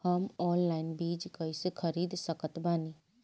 हम ऑनलाइन बीज कइसे खरीद सकत बानी?